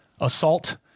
assault